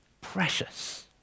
Precious